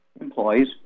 employees